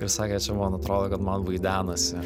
ir sakė man atrodo kad man vaidenasi